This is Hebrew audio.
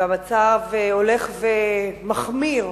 והמצב הולך ומחמיר.